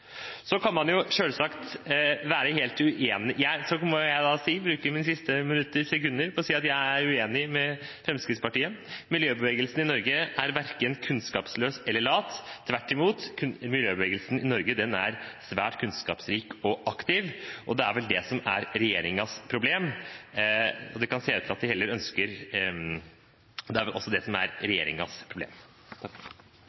Så må jeg da bruke mine siste sekunder på å si at jeg er uenig med Fremskrittspartiet. Miljøbevegelsen i Norge er verken kunnskapsløs eller lat. Tvert imot: Miljøbevegelsen i Norge er svært kunnskapsrik og aktiv, og det er vel også det som er regjeringens problem.